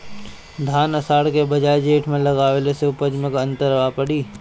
धान आषाढ़ के बजाय जेठ में लगावले से उपज में का अन्तर पड़ी?